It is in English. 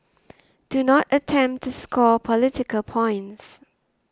do not attempt to score political points